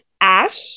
Ash